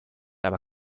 aber